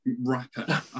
rapper